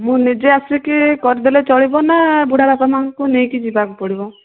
ମୁଁ ନିଜେ ଆସିକି କରିଦେଲେ ଚଳିବ ନା ବୁଢ଼ା ବାପା ମାଆଙ୍କୁ ନେଇକି ଯିବାକୁ ପଡ଼ିବ